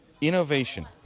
innovation